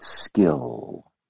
skill